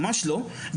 ממש לא,